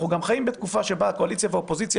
אנחנו גם בתקופה שבה הקואליציה והאופוזיציה